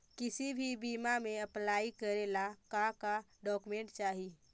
किसी भी बीमा में अप्लाई करे ला का क्या डॉक्यूमेंट चाही?